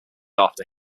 after